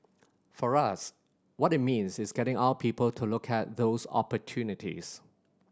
for us what it means is getting our people to look at those opportunities